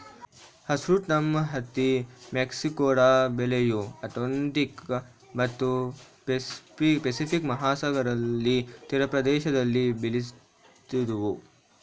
hirsutum ಹತ್ತಿ ಮೆಕ್ಸಿಕೊದ ಬೆಳೆಯು ಅಟ್ಲಾಂಟಿಕ್ ಮತ್ತು ಪೆಸಿಫಿಕ್ ಮಹಾಸಾಗರಗಳ ತೀರಪ್ರದೇಶದಲ್ಲಿ ಬೆಳಿತಿದ್ವು